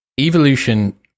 evolution